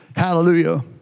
Hallelujah